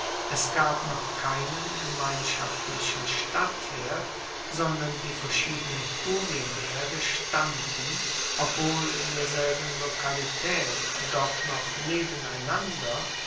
es gab noch keinen gemeinschaftlichen stadtherd sondern die verschiedenen kurienherde standen obwohl in derselben lokalitaet doch noch nebeneinander